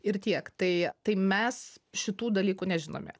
ir tiek tai tai mes šitų dalykų nežinome